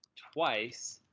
twice,